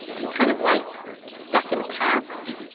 he's kind of like stuck in the past.